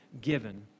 given